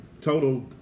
total